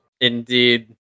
Indeed